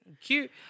cute